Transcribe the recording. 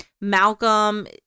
Malcolm